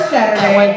Saturday